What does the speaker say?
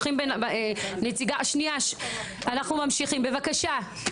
אנחנו ממשיכים בבקשה.